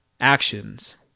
actions